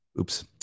oops